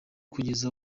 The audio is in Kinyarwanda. kugeza